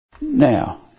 Now